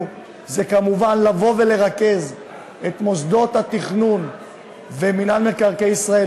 זה כמובן לבוא ולרכז את מוסדות התכנון ומינהל מקרקעי ישראל